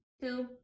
two